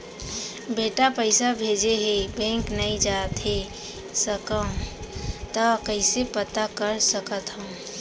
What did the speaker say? बेटा पइसा भेजे हे, बैंक नई जाथे सकंव त कइसे पता कर सकथव?